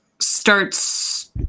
starts